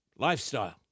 Lifestyle